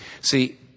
See